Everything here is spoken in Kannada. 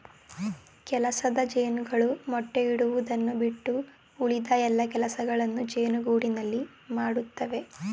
ಕೆಲಸದ ಜೇನುಗಳು ಮೊಟ್ಟೆ ಇಡುವುದನ್ನು ಬಿಟ್ಟು ಉಳಿದ ಎಲ್ಲಾ ಕೆಲಸಗಳನ್ನು ಜೇನುಗೂಡಿನಲ್ಲಿ ಮಾಡತ್ತವೆ